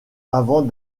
avant